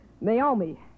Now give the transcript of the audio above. Naomi